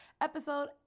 episode